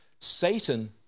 Satan